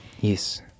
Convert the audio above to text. Yes